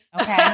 Okay